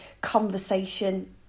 conversation